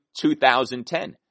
2010